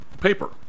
paper